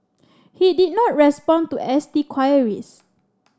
he did not respond to S T queries